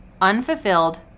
unfulfilled